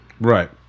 Right